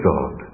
God